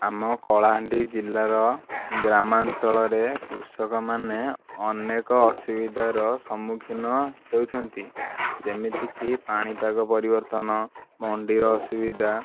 ଆମ କଳାହାଣ୍ଡି ଜିଲ୍ଲାର ଗ୍ରାମାଞ୍ଚଳରେ କୃଷକମାନେ ଅନେକ ଅସୁବିଧାର ସମ୍ମୁଖୀନ ହେଉଛନ୍ତି ଯେମିତି କି ପାଣିପାଗ ପରିବର୍ତ୍ତନ ମଣ୍ଡିର ଅସୁବିଧା